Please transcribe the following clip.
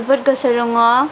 जोबोद गोसो दङ